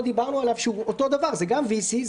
דיברנו עליו שהוא אותו דבר זה גם VC,